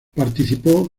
participó